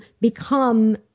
become